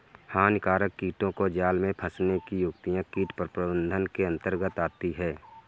हानिकारक कीटों को जाल में फंसने की युक्तियां कीट प्रबंधन के अंतर्गत आती है